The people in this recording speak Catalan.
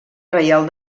reial